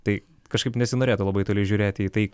tai kažkaip nesinorėtų labai toli žiūrėti į tai